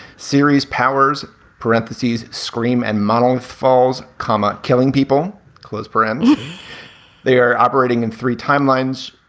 series' powers parentheses, scream and model falls karma killing people close. perens they are operating in three timelines.